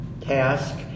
task